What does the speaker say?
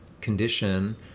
condition